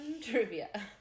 trivia